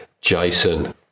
Jason